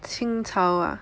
清朝 ah